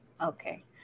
Okay